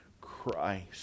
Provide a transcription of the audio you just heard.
Christ